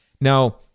Now